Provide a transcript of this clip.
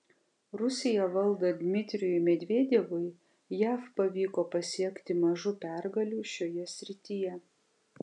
rusiją valdant dmitrijui medvedevui jav pavyko pasiekti mažų pergalių šioje srityje